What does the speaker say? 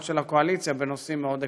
של הקואליציה בנושאים מאוד עקרוניים.